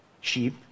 sheep